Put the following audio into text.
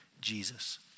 Jesus